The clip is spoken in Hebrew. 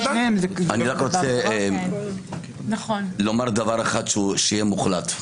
שניהם זה --- אני רוצה לומר דבר אחד שיהיה מוחלט.